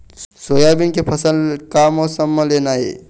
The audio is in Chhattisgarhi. सोयाबीन के फसल का मौसम म लेना ये?